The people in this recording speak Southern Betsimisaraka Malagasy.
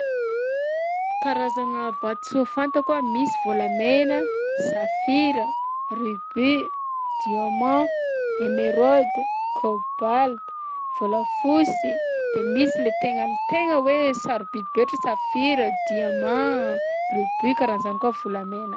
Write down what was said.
Karazagna vatosoa fantako a: misy volamena, safira, rubis, diamant, émeraude, cobalt, volafosy de misy le tegna tegna hoe sarobidy be ohatra safira, diamant, rubis, karahan'zany koa volamena.